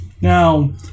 Now